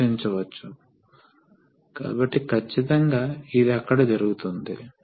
రెండవది ఇది తక్కువ ప్రెషర్ తో నిర్వహించబడుతుంది